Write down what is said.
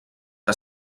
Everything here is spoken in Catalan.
que